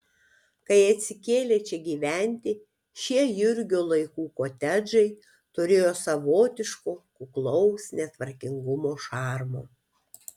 kai atsikėlė čia gyventi šie jurgio laikų kotedžai turėjo savotiško kuklaus netvarkingumo šarmo